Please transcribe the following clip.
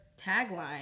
tagline